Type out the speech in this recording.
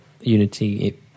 Unity